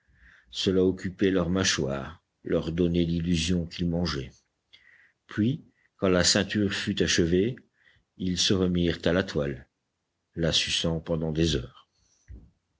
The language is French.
cela occupait leurs mâchoires leur donnait l'illusion qu'ils mangeaient puis quand la ceinture fut achevée ils se remirent à la toile la suçant pendant des heures